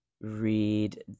read